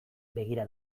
begira